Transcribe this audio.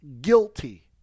guilty